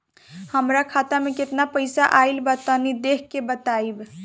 हमार खाता मे केतना पईसा आइल बा तनि देख के बतईब?